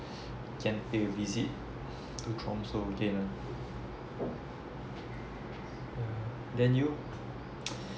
can pay a visit to tromso again ah yeah then you